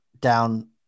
down